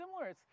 similar